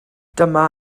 dyma